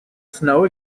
snow